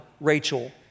Rachel